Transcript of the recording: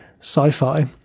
sci-fi